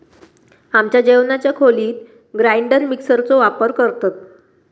आमच्या जेवणाच्या खोलीत ग्राइंडर मिक्सर चो वापर करतत